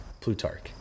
Plutarch